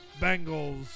Bengals